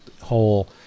whole